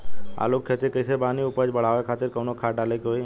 आलू के खेती कइले बानी उपज बढ़ावे खातिर कवन खाद डाले के होई?